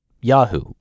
Yahoo